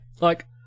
like-